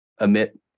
emit